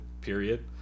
period